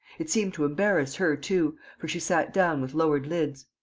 it seemed to embarrass her too, for she sat down with lowered lids.